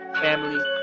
family